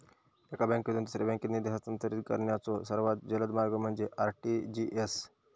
एका बँकेतून दुसऱ्या बँकेत निधी हस्तांतरित करण्याचो सर्वात जलद मार्ग म्हणजे आर.टी.जी.एस